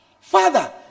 Father